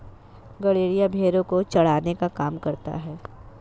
गड़ेरिया भेड़ो को चराने का काम करता है